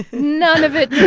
none of it